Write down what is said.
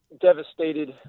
devastated